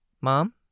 Mom